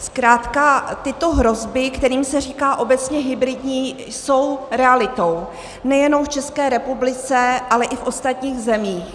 Zkrátka tyto hrozby, kterým se říká obecně hybridní, jsou realitou nejenom v České republice, ale i v ostatních zemích.